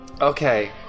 Okay